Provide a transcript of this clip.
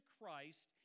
Christ